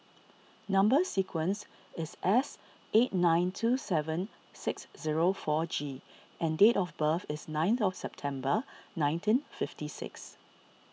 Number Sequence is S eight nine two seven six zero four G and date of birth is nineth of September nineteen fifty six